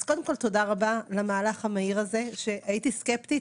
אז קודם כל תודה רבה למהלך המהיר הזה שהייתי סקפטית,